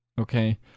Okay